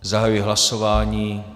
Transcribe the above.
Zahajuji hlasování.